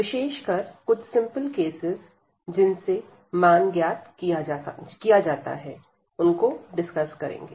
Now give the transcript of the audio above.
विशेषकर कुछ simple cases जिनसे मान ज्ञात किया जाता है उनको डिस्कस करेंगे